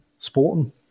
Sporting